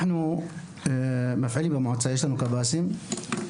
אנחנו מפעילים קב״סים במועצה,